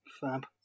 Fab